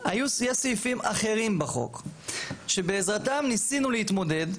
היו סעיפים אחרים בחוק שבעזרתם ניסינו להתמודד,